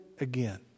again